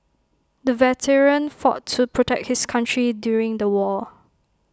the veteran fought to protect his country during the war